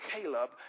Caleb